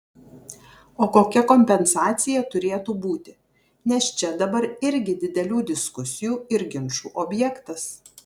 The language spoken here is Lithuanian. o kokia kompensacija turėtų būti nes čia dabar irgi didelių diskusijų ir ginčų objektas